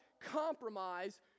compromise